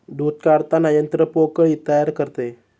दूध काढताना यंत्र पोकळी तयार करते